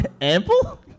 Ample